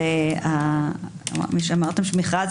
יש מכרז